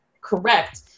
correct